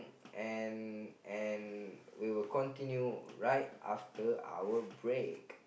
and and we will continue right after our break